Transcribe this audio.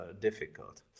difficult